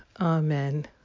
Amen